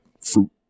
fruit